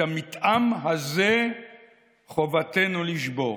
את המתאם הזה חובתנו לשבור.